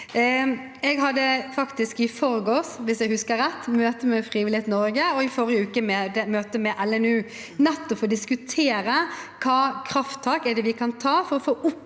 jeg husker rett, et møte med Frivillighet Norge, og i forrige uke et møte med LNU, nettopp for å diskutere hvilke krafttak vi kan ta for å få opp